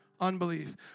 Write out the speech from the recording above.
Unbelief